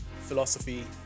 philosophy